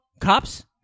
Cops